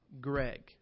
Greg